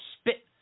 spit